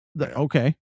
okay